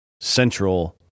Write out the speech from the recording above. Central